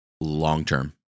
long-term